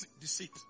deceit